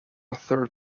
third